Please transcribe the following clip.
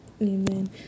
amen